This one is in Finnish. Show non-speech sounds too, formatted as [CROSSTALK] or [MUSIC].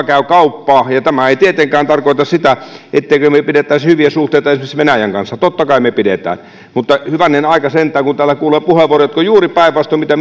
[UNINTELLIGIBLE] käy kauppaa tämä ei tietenkään tarkoita sitä ettemme pitäisi hyviä suhteita esimerkiksi venäjän kanssa totta kai me pidämme mutta hyvänen aika sentään kun täällä kuulee puheenvuoroja jotka ovat juuri päinvastoin kuin mitä [UNINTELLIGIBLE]